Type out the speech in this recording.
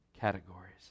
categories